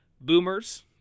boomers